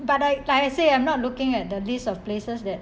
but I like I say I'm not looking at the list of places that